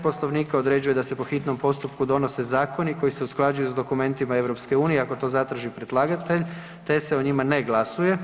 Poslovnika određuje da se po hitnom postupku donose zakoni koji se usklađuju s dokumentima EU ako to zatraži predlagatelj, te se o njima ne glasuje.